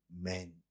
Men